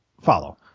follow